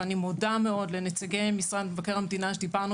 ואני מודה מאוד לנציגי משרד מבקר המדינה שדיברנו